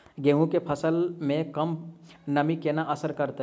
गेंहूँ केँ फसल मे कम नमी केना असर करतै?